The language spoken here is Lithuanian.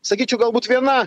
sakyčiau galbūt viena